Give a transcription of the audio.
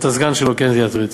את הסגן שלו כן זה יטריד.